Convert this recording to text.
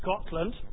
Scotland